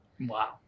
Wow